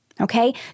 Okay